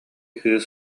кыыс